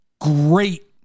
great